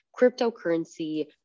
cryptocurrency